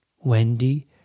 Wendy